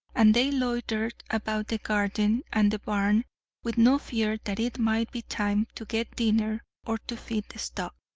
and they loitered about the garden and the barn with no fear that it might be time to get dinner or to feed the stock.